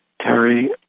Terry